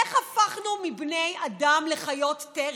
איך הפכנו מבני אדם לחיות טרף?